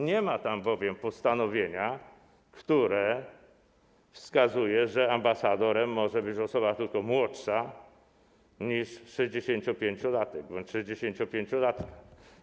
Nie ma tam bowiem postanowienia, które wskazuje, że ambasadorem może być osoba tylko młodsza niż sześćdziesięciopięciolatek bądź sześćdziesięciopięciolatka.